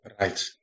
Right